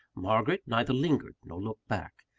margaret neither lingered nor looked back.